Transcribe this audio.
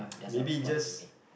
maybe just